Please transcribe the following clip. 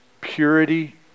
purity